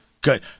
good